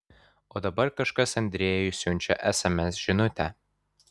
o dabar kažkas andrejui siunčia sms žinutę